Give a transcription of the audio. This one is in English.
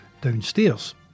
downstairs